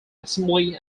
assembly